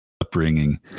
upbringing